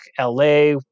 LA